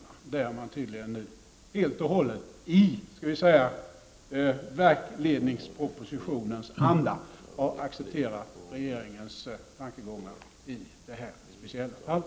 Folkpartiet har tydligen helt och hållet i verksledningspropositionens anda accepterat regeringens tankegångar i detta speciella fall.